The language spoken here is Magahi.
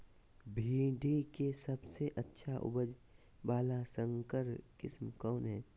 भिंडी के सबसे अच्छा उपज वाला संकर किस्म कौन है?